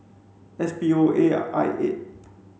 S P O A I eight